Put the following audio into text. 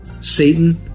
Satan